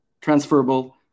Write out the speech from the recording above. transferable